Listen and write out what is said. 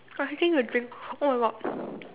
I taking a drink oh-my-God